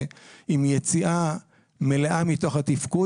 ועם יציאה מלאה מתוך התפקוד,